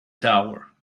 tower